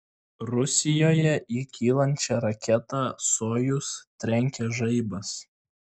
rusijoje į kylančią raketą sojuz trenkė žaibas